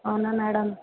అవునా మేడమ్